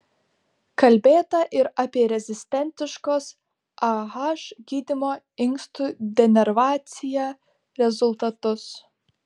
kalbėta ir apie rezistentiškos ah gydymo inkstų denervacija rezultatus